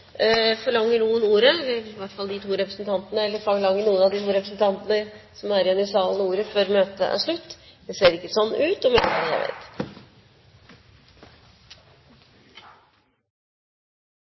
Forlanger noen av de to representantene som er igjen i salen, ordet før møtet heves? – Møtet er hevet.